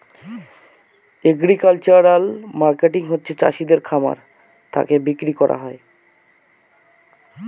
agricultural marketing হচ্ছে চাষিদের খামার থাকে বিক্রি করা